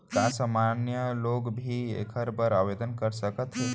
का सामान्य लोग भी एखर बर आवदेन कर सकत हे?